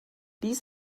dies